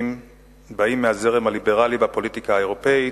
שבאים מהזרם הליברלי בפוליטיקה האירופית,